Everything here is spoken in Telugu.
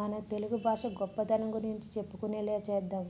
మన తెలుగు భాష గొప్పదనం గురించి చెప్పుకునేలా చేద్దాం